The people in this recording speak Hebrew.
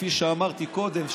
כפי שאמרתי קודם,